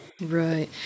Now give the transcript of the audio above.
Right